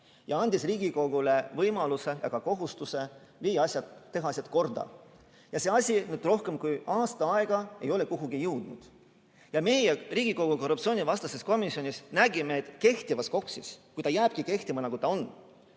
andis Riigikogule võimaluse ja ka kohustuse teha asjad korda. See asi on nüüd kestnud rohkem kui aasta aega ega ole kuhugi jõudnud. Meie Riigikogu korruptsioonivastases komisjonis nägime, et kehtivas KOKS-is, kui ta jääbki kehtima, nagu ta on,